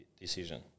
decision